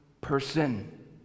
person